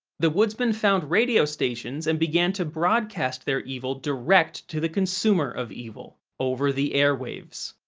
the woodsmen found radio stations and began to broadcast their evil direct to the consumer of evil over the airwaves.